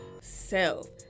self